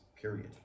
period